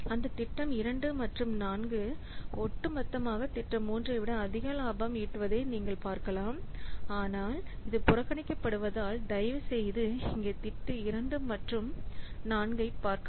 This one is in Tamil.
அந்த திட்டம் 2 மற்றும் 4 ஒட்டுமொத்தமாக திட்டம் 3 ஐ விட அதிக லாபம் ஈட்டுவதை நீங்கள் காணலாம் ஆனால் இது புறக்கணிக்கப்படுவதால் தயவுசெய்து இங்கே திட்டம் 2 மற்றும் 4 ஐப் பார்க்கவும்